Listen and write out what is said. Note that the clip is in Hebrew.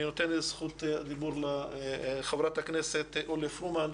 אני נותן את זכות הדיבור לחברת הכנסת אורלי פרומן,